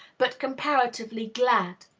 but comparatively glad.